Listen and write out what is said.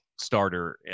starter